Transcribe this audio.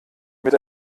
mit